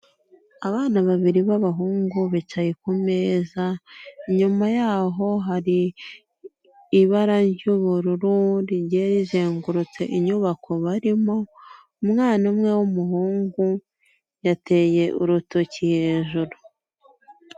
Abana babiri b'abahungu bicaye kumeza, inyuma yaho hari ibara ry'ubururu rigiye rizengurutse inyubako barimo, umwana umwe w'umuhungu yateye urutoki hejuru.